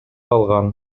алган